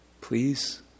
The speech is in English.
Please